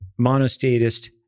monostatist